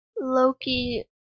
Loki